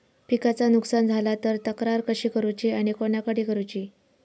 पिकाचा नुकसान झाला तर तक्रार कशी करूची आणि कोणाकडे करुची?